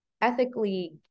ethically